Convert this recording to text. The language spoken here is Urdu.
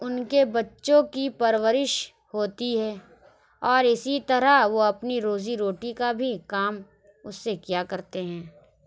ان کے بچوں کی پرورش ہوتی ہے اور اسی طرح وہ اپنی روزی روٹی کا بھی کام اس سے کیا کرتے ہیں